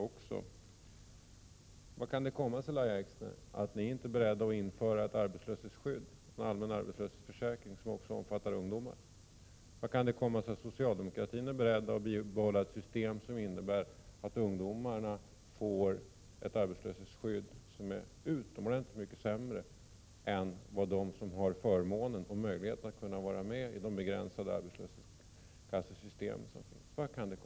Hur kan det komma sig, Lahja Exner, att ni inte är beredda att införa en allmän arbetslöshetsförsäkring som också skulle omfatta ungdomar? Hur kan det komma sig att socialdemokratin är beredd att bibehålla ett system som innebär att ungdomarna får ett arbetslöshetsskydd som är utomordentligt mycket sämre än det som de har som har förmånen och möjligheten att kunna vara med i de begränsade arbetslöshetskassesystem som finns?